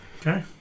Okay